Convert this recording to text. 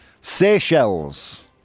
Seychelles